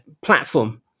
platform